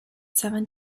seven